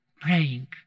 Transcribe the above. praying